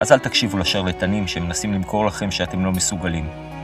אז אל תקשיבו לשרלטנים שמנסים למכור לכם שאתם לא מסוגלים.